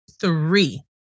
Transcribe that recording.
three